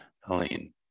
Helene